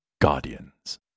Guardians